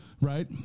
right